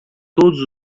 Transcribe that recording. todos